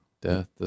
death